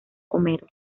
homero